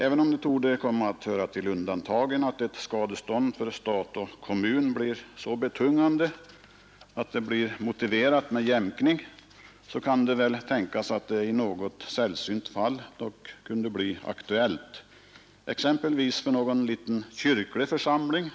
Även om det torde komma att höra till undantagen att skadestånd för stat och kommun blir så betungande att det blir motiverat med jämkning, kan det tänkas att det i något sällsynt fall blir aktuellt, exempelvis för någon liten kyrklig församling.